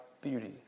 beauty